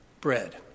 bread